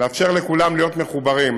לאפשר לכולם להיות מחוברים.